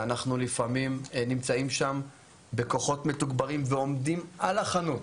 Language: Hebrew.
ואנחנו לפעמים נמצאים שם בכוחות מתוגברים ועומדים על החנות